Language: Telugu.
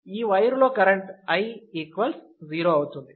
ఈ వైరు లో కరెంటు i 0 అవుతుంది